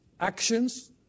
actions